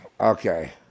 Okay